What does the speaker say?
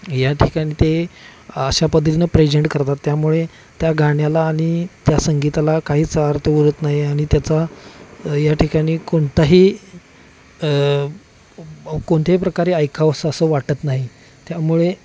या ठिकाणी ते अशा पद्धतीनं प्रेजेंट करतात त्यामुळे त्या गाण्याला आणि त्या संगीताला काहीच अर्थ उरत नाही आणि त्याचा या ठिकाणी कोणताही कोणत्याही प्रकारे ऐकावंसं असं वाटत नाही त्यामुळे